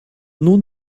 nun